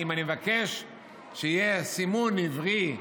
אם אני מבקש שיהיה סימון עברי,